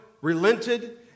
Relented